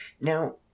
Now